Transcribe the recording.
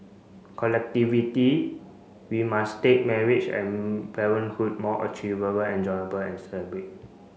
we must take marriage and parenthood more achievable and enjoyable and celebrate